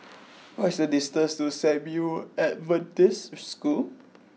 what is the distance to San Yu Adventist School